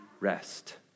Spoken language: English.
rest